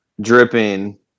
dripping